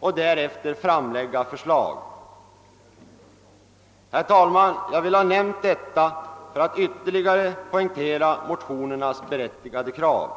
och därefter framlägga förslag ———.» Herr talman! Jag har velat nämna detta för att ytterligare poängtera motionernas berättigade krav.